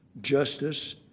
justice